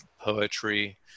poetry